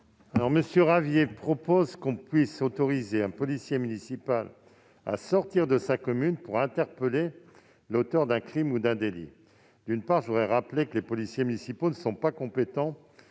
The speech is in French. commission ? M. Ravier propose qu'on puisse autoriser un policier municipal à sortir de sa commune pour interpeller l'auteur d'un crime ou d'un délit. D'une part, je le rappelle, les policiers municipaux ne sont pas compétents